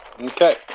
Okay